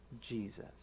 Jesus